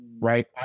right